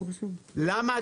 למה?